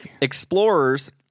Explorers